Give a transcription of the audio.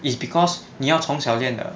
is because 你要从小练的